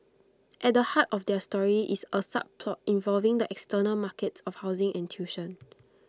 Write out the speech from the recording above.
at the heart of their story is A subplot involving the external markets of housing and tuition